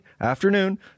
afternoon